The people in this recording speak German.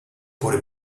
wurde